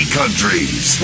countries